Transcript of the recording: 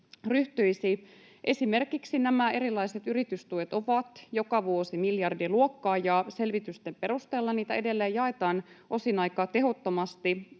Esimerkiksi nämä erilaiset yritystuet ovat joka vuosi miljardiluokkaa, ja selvitysten perusteella niitä edelleen jaetaan osin aika tehottomasti